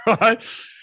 right